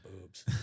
boobs